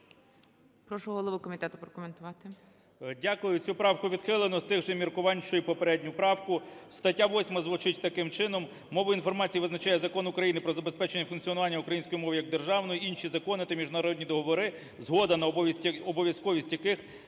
Прошу голову комітету прокоментував.